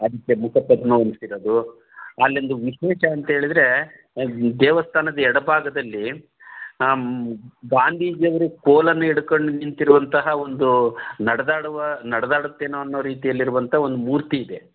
ಅದಕ್ಕೆ ಮುಖಪದ್ಮ ಹೊಂದಿಸಿರೋದು ಅಲ್ಲೊಂದು ವಿಶೇಷ ಅಂತೇಳಿದರೆ ದೇವಸ್ಥಾನದ ಎಡಭಾಗದಲ್ಲಿ ಗಾಂಧೀಜಿಯವರು ಕೋಲನ್ನು ಹಿಡ್ಕೊಂಡು ನಿಂತಿರುವಂತಹ ಒಂದು ನಡೆದಾಡುವ ನಡೆದಾಡುತ್ತೇನೋ ಅನ್ನೋ ರೀತಿಯಲ್ಲಿರುವಂಥ ಒಂದು ಮೂರ್ತಿ ಇದೆ